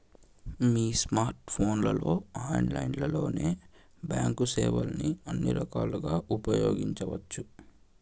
నీ స్కోర్ట్ ఫోన్లలో ఆన్లైన్లోనే బాంక్ సేవల్ని అన్ని రకాలుగా ఉపయోగించవచ్చు